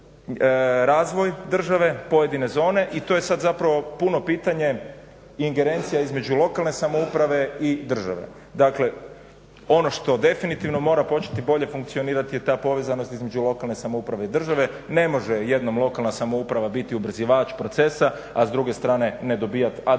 razvoj države, pojedine zone i to je sad zapravo puno pitanje i ingerencija između lokalne samouprave i države. Dakle, ono što definitivno mora početi bolje funkcionirati je ta povezanost između lokalne samouprave i države. Ne može jednom lokalna samouprava biti ubrzivač procesa, a s druge strane ne dobijat adekvatnu